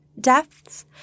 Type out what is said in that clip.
Deaths